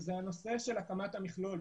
זה הנושא של הקמת המכלול,